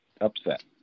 upset